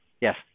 Yes